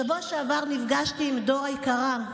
בשבוע שעבר נפגשתי עם דור היקרה.